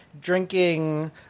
drinking